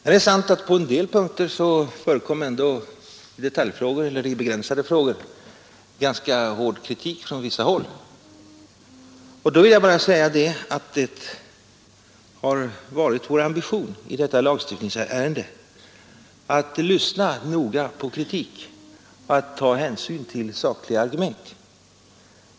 Men det är sant att på en del punkter förekom ändå i detaljfrågor eller i begränsade frågor — ganska hård kritik från vissa håll. Det har varit vår ambition i detta lagstiftningsärende att lyssna noga på kritik och att ta hänsyn till sakliga argument.